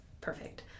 perfect